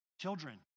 children